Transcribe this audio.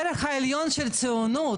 הערך העליון של ציונות,